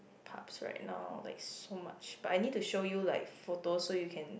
pubs right now like so much but I need to show you like photos so you can